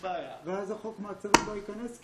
(הישיבה נפסקה בשעה 11:06 ונתחדשה בשעה 17:30.)